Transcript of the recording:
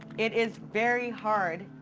it is very hard.